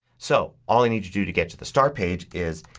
so all i need to do to get to the start page is,